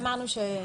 אמרנו שנדון בזה.